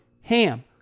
HAM